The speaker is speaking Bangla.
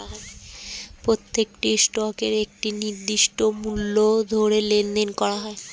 প্রত্যেকটি স্টকের একটি নির্দিষ্ট মূল্য ধরে লেনদেন করা হয়